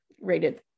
rated